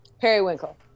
Periwinkle